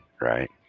Right